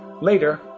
Later